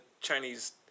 Chinese